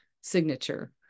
signature